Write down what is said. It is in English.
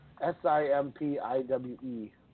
S-I-M-P-I-W-E